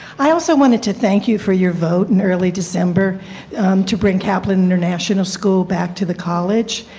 i also want to thank you for your vote in early december to bring kaplan international school back to the college.